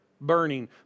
burning